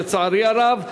לצערי הרב,